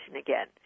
again